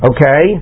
Okay